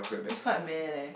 it's quite meh leh